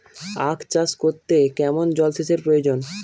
আখ চাষ করতে কেমন জলসেচের প্রয়োজন?